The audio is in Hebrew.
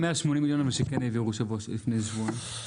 מה עם ה-180 מיליון שכן העבירו לפני שבועיים?